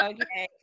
Okay